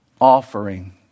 offering